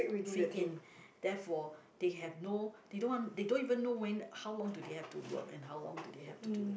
fit in therefore they have no they don't want they don't even know when how long do they have to work or how long do they have to do it